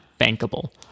bankable